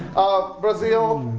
brazil.